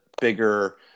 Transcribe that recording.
bigger